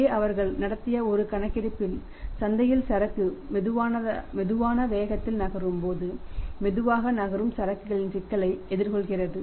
இங்கே அவர்கள் நடத்திய ஒரு கணக்கெடுப்பில் சந்தையில் சரக்கு மெதுவான வேகத்தில் நகரும் போது மெதுவாக நகரும் சரக்குகளின் சிக்கலை எதிர்கொள்கின்றனர்